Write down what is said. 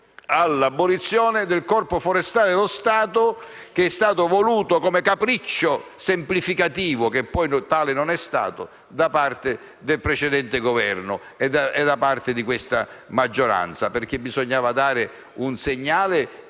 all'abolizione del Corpo forestale dello Stato, voluta come capriccio semplificativo, che poi tale non è stato, da parte del precedente Governo e da parte di questa maggioranza perché bisognava dare un segnale